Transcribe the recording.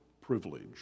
privilege